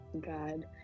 God